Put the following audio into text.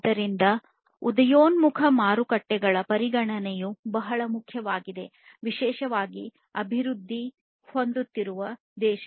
ಆದ್ದರಿಂದ ಉದಯೋನ್ಮುಖ ಮಾರುಕಟ್ಟೆಗಳ ಪರಿಗಣನೆಯು ವಿಶೇಷವಾಗಿ ಅಭಿವೃದ್ಧಿ ಹೊಂದುತ್ತಿರುವ ದೇಶಗಳಲ್ಲಿ ಬಹಳ ಮುಖ್ಯವಾಗಿದೆ